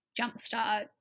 jumpstart